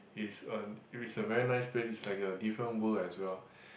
it's a it is a very nice place it's like a different world as well